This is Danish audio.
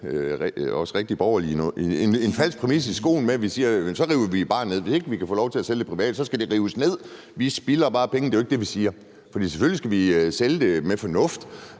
os rigtig borgerlige en falsk præmis i skoen med, at vi siger, at vi så bare river det ned. Hvis ikke vi kan få lov til at sælge det privat, skal det rives ned. Vi spilder bare penge. Det er jo ikke det, vi siger. For selvfølgelig skal vi sælge det med fornuft,